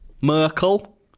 Merkel